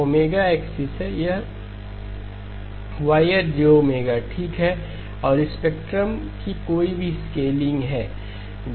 यह Ω एक्सिस है यह Yr jΩ ठीक है और स्पेक्ट्रम की कोई भी स्केलिंग है